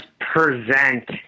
present